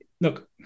Look